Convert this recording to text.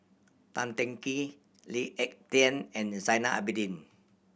Tan Teng Kee Lee Ek Tieng and Zainal Abidin